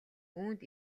үүнд